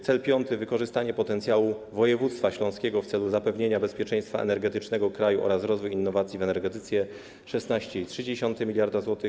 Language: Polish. Cel piąty, wykorzystanie potencjału województwa śląskiego w celu zapewnienia bezpieczeństwa energetycznego kraju oraz rozwój innowacji w energetyce - 16,3 mld zł.